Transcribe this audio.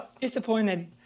Disappointed